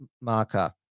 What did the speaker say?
marker